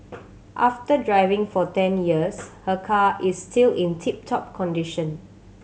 after driving for ten years her car is still in tip top condition